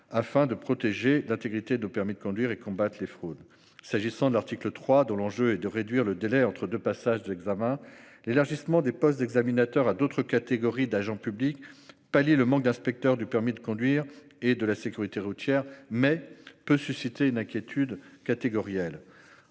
afin de protéger l'intégrité du permis et de combattre les fraudes. L'enjeu de l'article 3 est de réduire le délai entre deux passages de l'examen. L'élargissement des postes d'examinateur à d'autres catégories d'agents publics pallie le manque d'inspecteurs du permis de conduire et de la sécurité routière, mais peut susciter une inquiétude catégorielle.